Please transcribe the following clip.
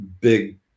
big